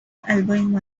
elbowing